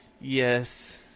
Yes